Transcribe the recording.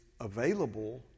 Available